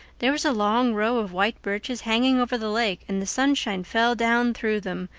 there was a long row of white birches hanging over the lake and the sunshine fell down through them,